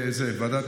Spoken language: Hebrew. בעיה.